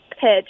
pitch